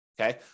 okay